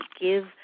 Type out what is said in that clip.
give